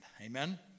amen